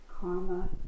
karma